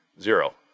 Zero